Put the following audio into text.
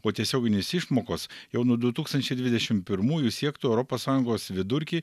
o tiesioginės išmokos jau nuo du tūkstančiai dvidešim pirmųjų siektų europos sąjungos vidurkį